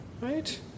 right